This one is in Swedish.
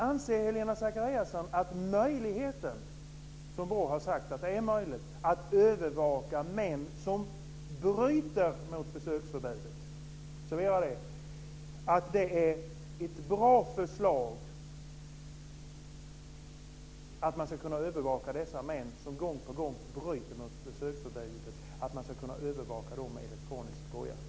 Anser Helena Zakariasén att det är ett bra förslag att man ska kunna övervaka de män som gång på gång bryter mot besöksförbudet med elektronisk boja? BRÅ har ju sagt att det är möjligt.